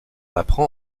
apprend